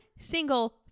Single